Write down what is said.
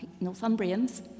Northumbrians